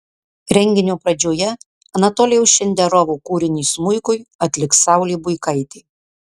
renginio pradžioje anatolijaus šenderovo kūrinį smuikui atliks saulė buikaitė